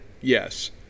Yes